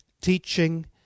teaching